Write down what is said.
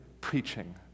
preaching